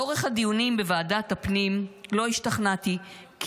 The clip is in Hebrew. לאורך הדיונים בוועדת הפנים לא השתכנעתי כי